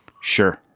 Sure